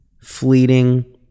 fleeting